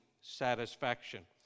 satisfaction